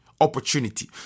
opportunity